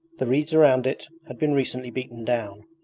the reeds around it had been recently beaten down.